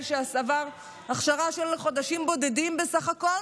שעבר הכשרה של חודשים בודדים בסך הכול